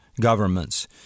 governments